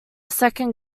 second